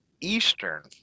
eastern